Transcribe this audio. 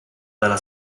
dalla